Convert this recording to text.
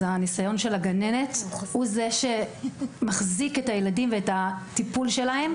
אז הניסיון של הגננת הוא זה שמחזיק את הילדים ואת הטיפול שלהם.